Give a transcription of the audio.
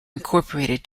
incorporated